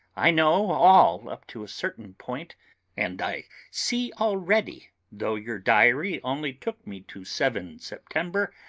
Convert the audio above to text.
i know all up to a certain point and i see already, though your diary only took me to seven september,